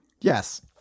yes